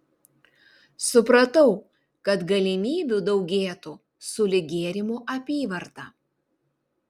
supratau kad galimybių daugėtų sulig gėrimų apyvarta